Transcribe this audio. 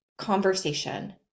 conversation